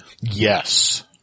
Yes